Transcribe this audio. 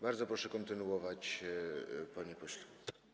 Bardzo proszę kontynuować, panie pośle.